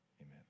Amen